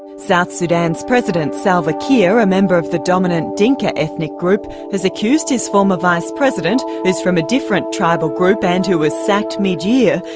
south sudan's president salva kiir, a member of the dominant dinka ethnic group, has accused his former vice president, who is from a different tribal group and who was sacked mid-year,